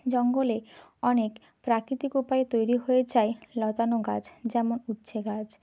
জঙ্গলে অনেক প্রাকৃতিক উপায়ে তৈরি হয়ে যায় লতানো গাছ যেমন উচ্ছে গাছ